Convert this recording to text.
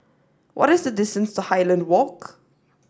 what is the distance to Highland Walk